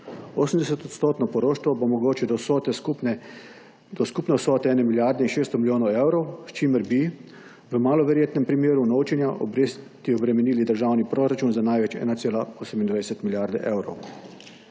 80-odstotno poroštvo bo mogoče do skupne vsote 1 milijarde in 600 milijonov evrov, s čimer bi v malo verjetnem primeru unovčenja obresti obremenili državni proračun za največ 1,28 milijarde evrov.